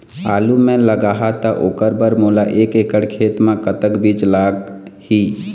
आलू मे लगाहा त ओकर बर मोला एक एकड़ खेत मे कतक बीज लाग ही?